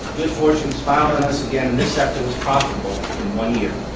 good fortune smiled on us again, and this sector was profitable in one yeah